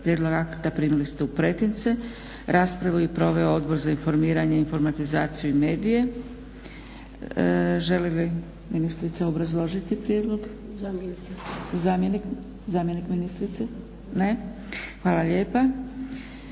Prijedlog akta primili ste u pretince. Raspravu je proveo Odbor za informiranje, informatizaciju i medije. Želi li ministrica obrazložiti prijedlog? Zamjenik ministrice? Ne. Hvala lijepa.